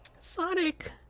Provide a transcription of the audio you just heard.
Sonic